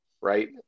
right